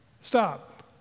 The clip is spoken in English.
Stop